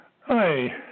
Hi